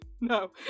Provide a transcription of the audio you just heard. No